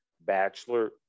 bachelor